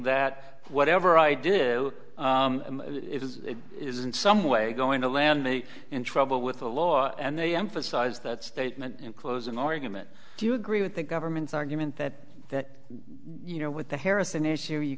that whatever i did is in some way going to land me in trouble with the law and they emphasize that statement in closing argument do you agree with the government's argument that that you know with the harrison issue you